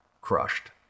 crushed